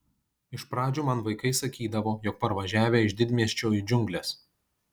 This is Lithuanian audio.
iš pradžių man vaikai sakydavo jog parvažiavę iš didmiesčio į džiungles